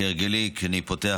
כהרגלי כשאני פותח,